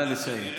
נא לסיים.